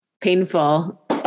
painful